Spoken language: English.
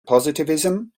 positivism